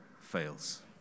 fails